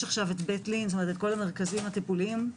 עכשיו בית לין כל המרכזים הטיפוליים.